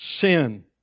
sin